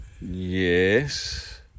Yes